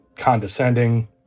condescending